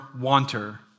wanter